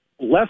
less